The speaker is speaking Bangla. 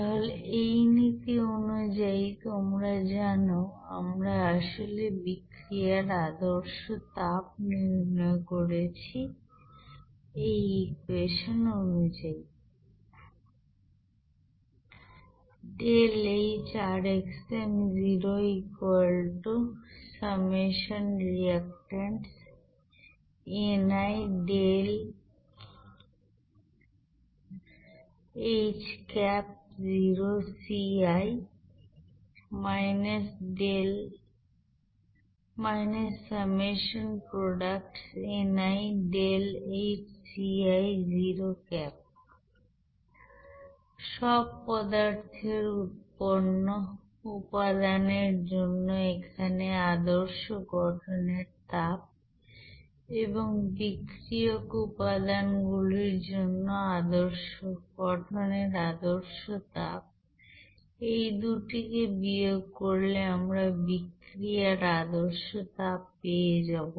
তাহলে এই নীতি অনুযায়ী তোমরা জানো আমরা আসলে বিক্রিয়ার আদর্শ তাপ নির্ণয় করছি এই ইকুয়েশন অনুযায়ী সব পদার্থের উৎপন্ন উপাদানের জন্য এখানে আদর্শ গঠনের তাপ এবং বিক্রিয়ক উপাদানগুলির গঠনের আদর্শ তাপ এই দুটিকে বিয়োগ করলে আমরা বিক্রিয়ার আদর্শ তাপ পেয়ে যাব